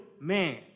man